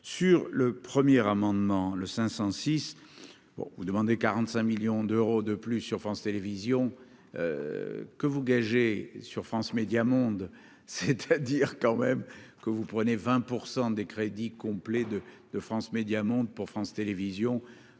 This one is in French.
sur le premier amendement le 506 bon vous demandait 45 millions d'euros de plus sur France Télévisions que vous sur France Médias Monde c'est-à-dire quand même que vous prenez 20 % des crédits complet de de France Médias Monde pour France Télévisions,